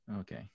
Okay